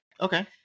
okay